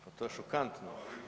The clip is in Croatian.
Pa to je šokantno.